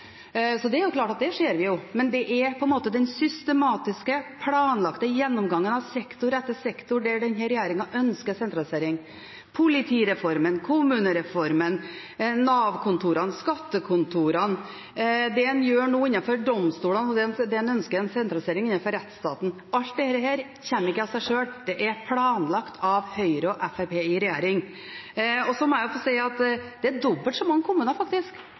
så det er klart vi ser dette. Men når det gjelder den systematiske, planlagte gjennomgangen av sektor etter sektor der denne regjeringen ønsker sentralisering – politireformen, kommunereformen, Nav-kontorene, skattekontorene, og det en nå gjør innenfor domstolene, med ønsket om sentralisering innenfor rettsstaten – kommer ikke alt dette av seg sjøl. Det er planlagt av Høyre og Fremskrittspartiet i regjering. Jeg må også få si at det faktisk er dobbelt så mange kommuner